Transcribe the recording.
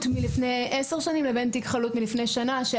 מלפני 10 שנים לבין תיק חלוט מלפני שנה.